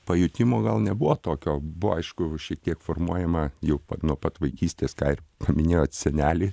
pajutimo gal nebuvo tokio buvo aišku šiek tiek formuojama jau nuo pat vaikystės ką ir paminėjot senelį